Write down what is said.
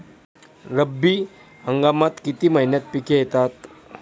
रब्बी हंगामात किती महिन्यांत पिके येतात?